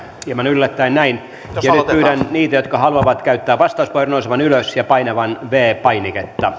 hieman yllättäin näin nyt pyydän niitä jotka haluavat käyttää vastauspuheenvuoron nousemaan ylös ja painamaan viides painiketta